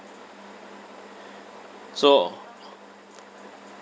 so